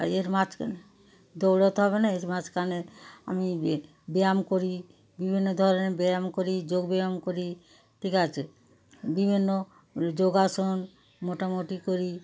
এর মাঝখানে দৌড়তে হবে না এর মাঝখানে আমি এ ব্যায়াম করি বিভিন্ন ধরনের ব্যায়াম করি যোগব্যায়াম করি ঠিক আছে বিভিন্ন যোগাসন মোটামুটি করি